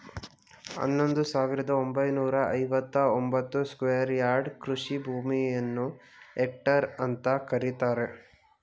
ಹನ್ನೊಂದು ಸಾವಿರದ ಒಂಬೈನೂರ ಐವತ್ತ ಒಂಬತ್ತು ಸ್ಕ್ವೇರ್ ಯಾರ್ಡ್ ಕೃಷಿ ಭೂಮಿಯನ್ನು ಹೆಕ್ಟೇರ್ ಅಂತ ಕರೀತಾರೆ